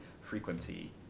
frequency